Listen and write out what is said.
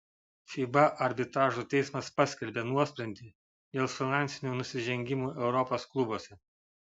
fiba arbitražo teismas paskelbė nuosprendį dėl finansinių nusižengimų europos klubuose